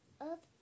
up